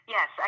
Yes